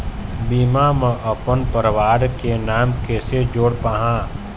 बीमा म अपन परवार के नाम कैसे जोड़ पाहां?